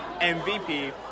MVP